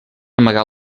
amagar